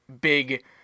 big